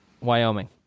Wyoming